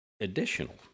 additional